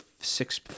six